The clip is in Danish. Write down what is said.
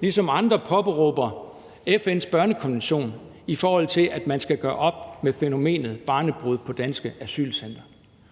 ligesom andre påberåber sig FN's børnekonvention, i forhold til at man skal gøre op med fænomenet barnebrude på danske asylcentre.